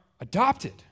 adopted